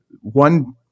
one